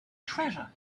treasure